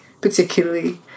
particularly